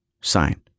sign